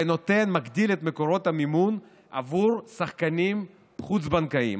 ומגדיל את מקורות המימון עבור שחקנים חוץ-בנקאיים.